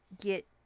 get